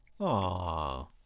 Aww